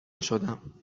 شدم